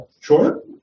sure